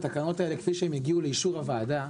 התקנות האלה כפי שהן הגיעו לאישור הוועדה,